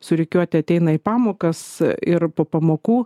surikiuoti ateina į pamokas ir po pamokų